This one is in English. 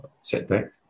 setback